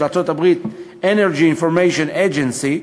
ארצות-הברית, Energy Information Agency,